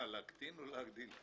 להקטין או להגדיל?